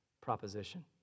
proposition